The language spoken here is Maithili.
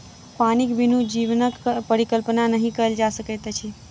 पानिक बिनु जीवनक परिकल्पना नहि कयल जा सकैत अछि